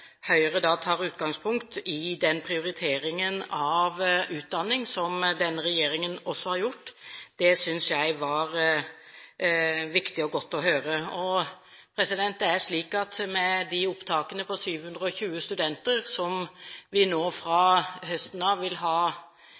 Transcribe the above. Høyre da tar utgangspunkt i den prioriteringen av utdanning som denne regjeringen også har gjort. Det synes jeg var viktig og godt å høre. Det er slik at med de opptakene på 720 studenter, som vi nå fra høsten av vil ha